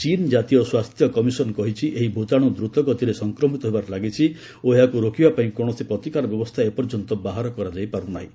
ଚୀନ୍ ଜାତୀୟ ସ୍ୱାସ୍ଥ୍ୟ କମିଶନ କହିଛି ଏହି ଭୂତାଣୁ ଦ୍ରତଗତିରେ ସଂକ୍ରମିତ ହେବାରେ ଲାଗିଛି ଓ ଏହାକୁ ରୋକିବା ପାଇଁ କୌଣସି ପ୍ରତିକାର ବ୍ୟବସ୍ଥା ଏପର୍ଯ୍ୟନ୍ତ ବାହାର କରାଯାଇପାର୍ ନାହିଁ